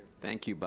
thank you, but